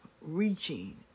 reaching